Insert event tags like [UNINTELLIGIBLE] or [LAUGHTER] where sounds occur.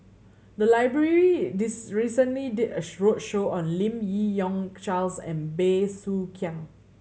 the library [UNINTELLIGIBLE] recently did a [UNINTELLIGIBLE] roadshow on Lim Yi Yong Charles and Bey Soo Khiang